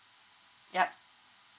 yup